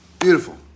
Beautiful